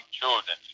children